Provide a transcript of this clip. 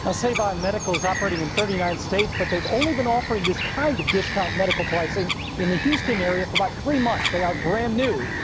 ah save on medical is operating in thirty nine states, but they've only been offering this kind of discount medical pricing in the houston area for about three months. they are brand new.